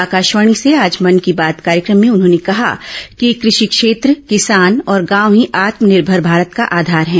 आकाशवाणी से आज मन की बात कार्यक्रम में उन्होंने कहा कि कृषि क्षेत्र किसान और गांव ही आत्मनिर्भर भारत आधार हैं